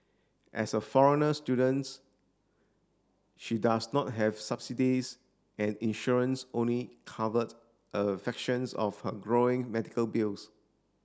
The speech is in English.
as a foreigner students she does not have subsidies and insurance only covered a fractions of her growing medical bills